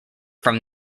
from